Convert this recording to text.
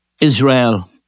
Israel